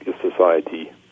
society